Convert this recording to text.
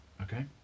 Okay